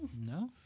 No